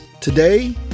Today